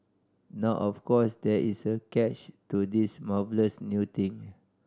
now of course there is a catch to this marvellous new thing